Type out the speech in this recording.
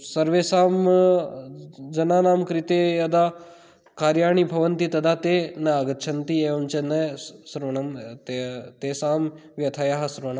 सर्वेषां जनानां कृते यदा कार्याणि भवन्ति तदा ते न आगच्छन्ति एवञ्च न स् स्रुनन् ते तेषां व्यथायाः श्रवणं